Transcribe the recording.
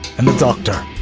and a doctor.